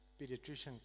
pediatrician